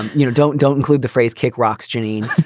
you know, don't don't include the phrase kick rocks, janine,